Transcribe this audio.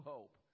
Hope